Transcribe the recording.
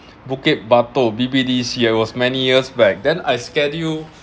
bukit batok B_B_D_C it was many years back then I schedule